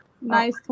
nice